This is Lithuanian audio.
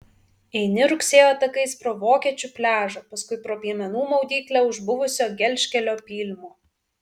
eini rugsėjo takais pro vokiečių pliažą paskui pro piemenų maudyklę už buvusio gelžkelio pylimo